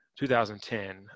2010